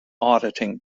auditing